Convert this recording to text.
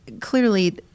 clearly